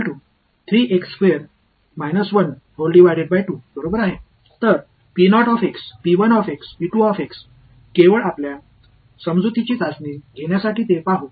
எனவே எங்கள் புரிதலைச் சோதிக்க அவை ஒன்றுக்கொன்று ஆர்த்தோகனல்லாக இருக்கிறதா என்று பார்ப்போம்